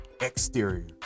exterior